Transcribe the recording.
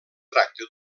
tracta